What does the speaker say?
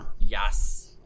Yes